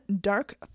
Dark